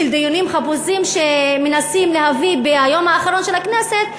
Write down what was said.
לדיונים חפוזים שמנסים להביא ביום האחרון של הכנסת,